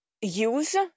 use